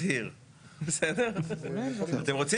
אף אחד לא דיבר איתי,